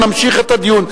נמשיך את הדיון.